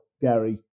Gary